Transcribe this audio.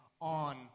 on